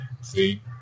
See